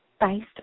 based